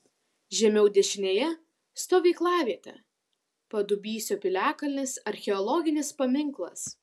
žemiau dešinėje stovyklavietė padubysio piliakalnis archeologinis paminklas